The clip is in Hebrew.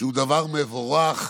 שהוא דבר מבורך,